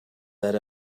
that